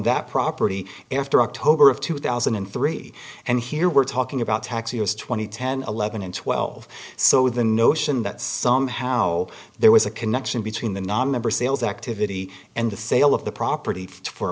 that property after october of two thousand and three and here we're talking about taxes two thousand and ten eleven and twelve so the notion that somehow there was a connection between the nonmember sales activity and the sale of the property for